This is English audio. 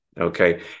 Okay